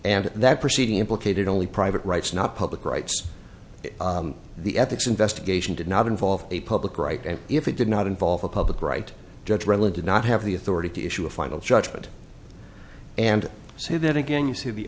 and that proceeding implicated only private rights not public rights the ethics investigation did not involve a public right and if it did not involve a public right judge rowland did not have the authority to issue a final judgment and say that again you see the